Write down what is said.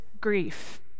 grief